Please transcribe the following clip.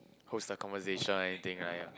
host the conversation anything like ya